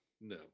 No